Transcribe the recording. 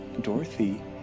Dorothy